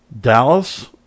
Dallas